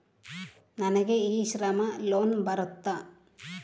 ನನಗೆ e Shram loan ಬರುತ್ತಾ?